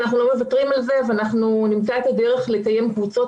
אנחנו לא מוותרים על זה ואנחנו נמצא את הדרך לקיים קבוצות